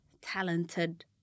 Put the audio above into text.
talented